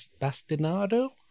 Bastinado